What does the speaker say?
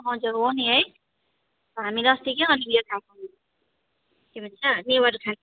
हजुर हो नि है हामीलाई अस्ति क्या के भन्छ नेवार खाना